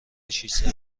ششصد